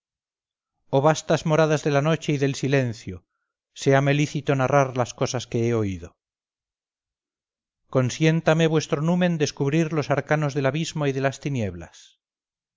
oh vastas moradas de la noche y del silencio séame lícito narrar las cosas que he oído consiéntame vuestro numen descubrir los arcanos del abismo y de las tinieblas